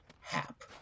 hap